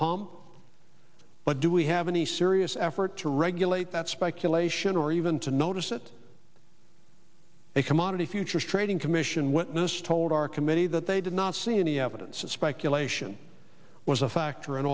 pump but do we have any serious effort to regulate that speculation or even to notice that a commodity futures trading commission witness told our committee that they did not see any evidence of speculation was a factor in